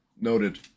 noted